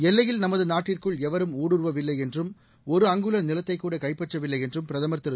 எல்லையில் நமது நாட்டிற்குள் எவரும் ஊடுருவவில்லை என்றும் ஒரு அங்குல நிலத்தைக்கூட கைப்பற்றவில்லை என்றும் பிரதமர் திரு